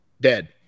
dead